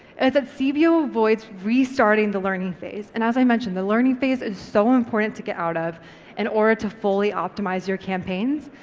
that cbo avoids restarting the learning phase, and as i mentioned, the learning phase is so important to get out of in order to fully optimise your campaigns,